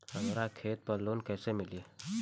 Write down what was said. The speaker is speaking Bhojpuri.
हमरा खेत पर लोन कैसे मिली?